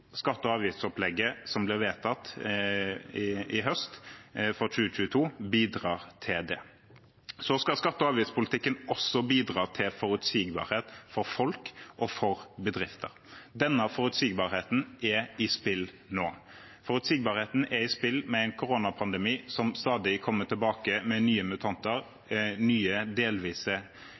Skatte- og avgiftsopplegget som i høst ble vedtatt for 2022, bidrar til det. Skatte- og avgiftspolitikken skal også bidra til forutsigbarhet for folk og bedrifter. Denne forutsigbarheten er i spill nå. Forutsigbarheten er i spill med en koronapandemi som stadig kommer tilbake med nye mutanter, nye